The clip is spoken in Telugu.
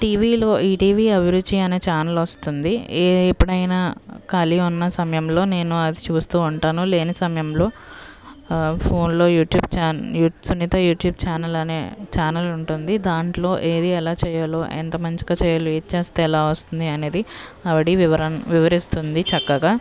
టీవీలో ఈటీవీ అభిరుచి అనే ఛానల్ వస్తుంది ఎ ఎప్పుడైనా ఖాళీ ఉన్న సమయంలో నేను అది చూస్తూ ఉంటాను లేని సమయంలో ఫోన్లో YouTube channel Sunitha YouTube channel అనే ఛానల్ ఉంటుంది దాంట్లో ఏది ఎలా చేయాలో ఎంత మంచిగా చేయాలో ఏది చేస్తే ఎలా వస్తుంది అనేది ఆవిడ వివరణ వివరిస్తుంది చక్కగా